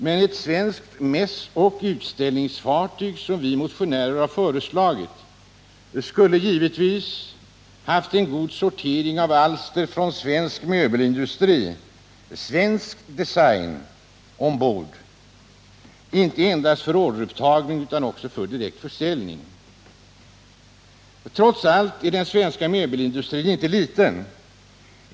Men ett svenskt mässoch utställningsfartyg, som vi motionärer har föreslagit, skulle givetvis haft en god sortering av alster från svensk möbelindustri — svensk design — ombord, inte endast för orderupptagning utan för direkt försäljning. Trots allt är den svenska möbelindustrin inte liten.